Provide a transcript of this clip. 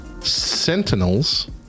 sentinels